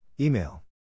Email